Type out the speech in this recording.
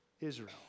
Israel